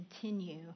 continue